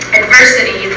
adversity